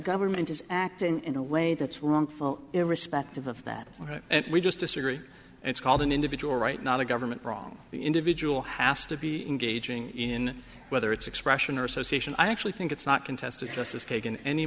government is acting in a way that's wrong irrespective of that we just disagree it's called an individual right not a government wrong the individual has to be engaging in whether it's expression or association i actually think it's not contested justice kagan any